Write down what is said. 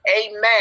Amen